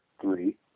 three